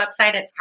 website